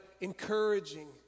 encouraging